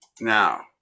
now